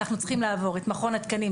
אנחנו צריכים לעבור את מכון התקנים,